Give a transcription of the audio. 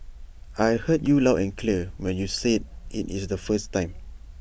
I heard you loud and clear when you said IT is the first time